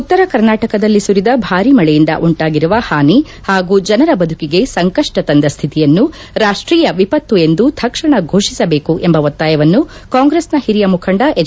ಉತ್ತರ ಕರ್ನಾಟಕದಲ್ಲಿ ಸುರಿದ ಭಾರೀ ಮಳೆಯಿಂದ ಉಂಟಾಗಿರುವ ಹಾನಿ ಹಾಗೂ ಜನರ ಬದುಕಿಗೆ ಸಂಕಪ್ನ ತಂದ ಸ್ಥಿತಿಯನ್ನು ರಾಷ್ಷೀಯ ವಿಪತ್ತು ಎಂದು ತಕ್ಷಣ ಘೋಷಿಸಬೇಕು ಎಂಬ ಒತ್ತಾಯವನ್ನು ಕಾಂಗ್ರೆಸ್ನ ಹಿರಿಯ ಮುಖಂಡ ಎಚ್